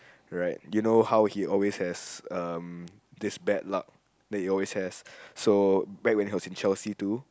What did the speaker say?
alright you know how he always has um this bad luck he always has back when he was at Chelsea too